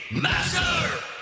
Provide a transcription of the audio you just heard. master